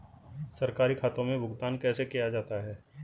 सरकारी खातों में भुगतान कैसे किया जाता है?